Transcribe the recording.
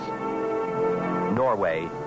Norway